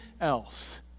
else